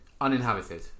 Uninhabited